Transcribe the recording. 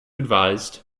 advised